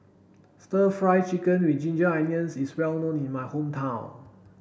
stir fry chicken with ginger onions is well known in my hometown